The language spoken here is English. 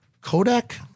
Kodak